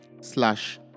slash